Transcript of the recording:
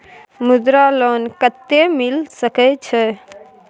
मुद्रा लोन कत्ते मिल सके छै?